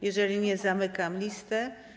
Jeżeli nie, zamykam listę.